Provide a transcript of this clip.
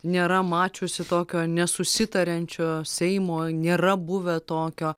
nėra mačiusi tokio nesusitariančio seimo nėra buvę tokio